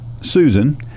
Susan